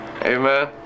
Amen